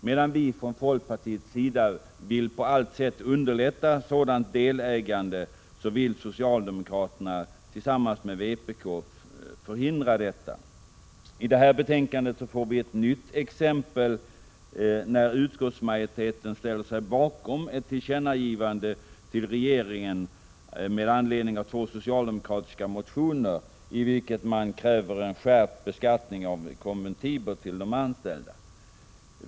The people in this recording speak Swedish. Medan vi från folkpartiet på allt sätt vill underlätta ett sådant delägande, vill socialdemokraterna tillsammans med vpk förhindra detta. I detta betänkande får vi ett nytt exempel, när utskottsmajoriteten ställer sig bakom ett tillkännagivande till regeringen med anledning av två socialdemokratiska motioner, i vilka man kräver en skärpt beskattning av konvertibler till de anställda.